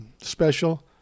special